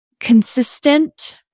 Consistent